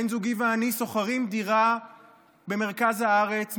בן זוגי ואני שוכרים דירה במרכז הארץ,